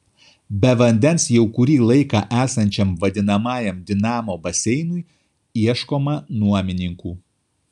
be vandens jau kurį laiką esančiam vadinamajam dinamo baseinui ieškoma nuomininkų